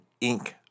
Inc